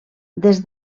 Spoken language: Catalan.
des